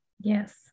Yes